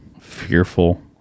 fearful